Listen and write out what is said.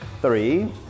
three